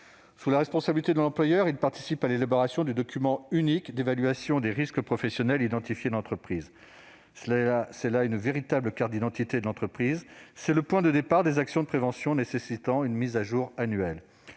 Sous la responsabilité de l'employeur, il participe à l'élaboration du document unique d'évaluation des risques professionnels identifiés dans l'entreprise. Véritable carte d'identité de l'entreprise, ce document est le point de départ des actions de prévention nécessitant une mise à jour annuelle.